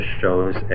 shows